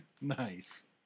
Nice